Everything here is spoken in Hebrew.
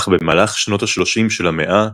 אך במהלך שנות השלושים של המאה,